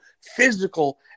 physical